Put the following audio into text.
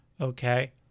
Okay